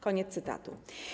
Koniec cytatu.